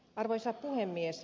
arvoisa puhemies